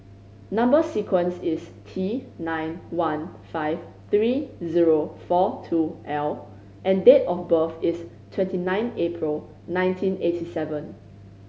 number sequence is T nine one five three zero four two L and date of birth is twenty nine April nineteen eighty seven